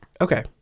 Okay